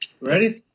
Ready